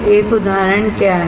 एक उदाहरण क्या है